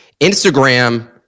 Instagram